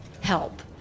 help